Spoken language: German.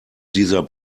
dieser